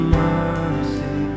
mercy